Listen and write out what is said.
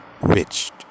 riched